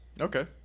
Okay